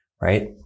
right